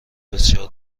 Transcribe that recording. بسیار